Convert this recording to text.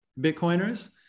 Bitcoiners